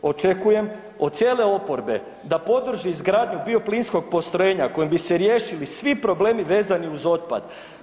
Očekujem od cijele oporbe da podrži izgradnju bioplinskog postrojenja kojim bi se riješili svi problemi vezani uz otpad.